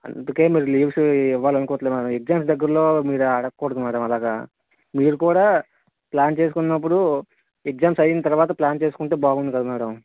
అందుకే మీరు లీవ్స్ ఇవ్వాలి అనుకోవట్లేదు మేడం ఎగ్జామ్స్ దగ్గరలో మీరు అడగకూడదు మేడం అలాగా మీరు కూడా ప్లాన్ చేసుకునప్పుడు ఎగ్జామ్స్ అయ్యిన తర్వాత ప్లాన్ చేసుకుంటే బాగుండు కదా మేడం